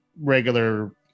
regular